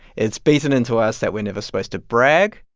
it's beaten into us that we're never supposed to brag.